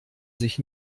sich